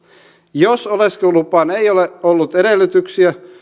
jos oleskelulupaan ei ole ollut edellytyksiä